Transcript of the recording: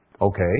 Okay